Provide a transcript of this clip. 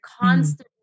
constantly